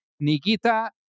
Nikita